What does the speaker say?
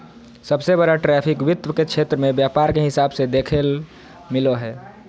सबसे बड़ा ट्रैफिक वित्त के क्षेत्र मे व्यापार के हिसाब से देखेल मिलो हय